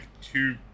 two